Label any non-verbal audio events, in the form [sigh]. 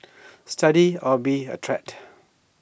[noise] study or be A treat